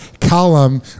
column